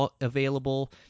available